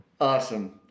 Awesome